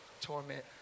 torment